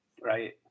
right